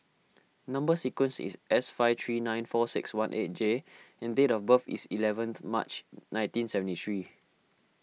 Number Sequence is S five three nine four six one eight J and date of birth is eleventh March nineteen seventy three